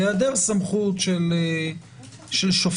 בהיעדר סמכות של שופט